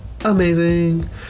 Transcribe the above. amazing